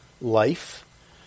life